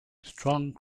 strong